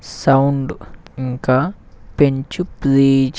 sound ఇంకా పెంచు please